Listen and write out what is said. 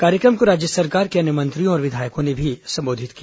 कार्यक्रम को राज्य सरकार के अन्य मंत्रियों और विधायकों ने भी संबोधित किया